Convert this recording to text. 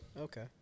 Okay